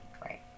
Right